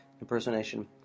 Impersonation